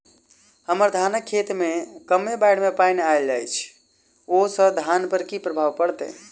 हम्मर धानक खेत मे कमे बाढ़ केँ पानि आइल अछि, ओय सँ धान पर की प्रभाव पड़तै?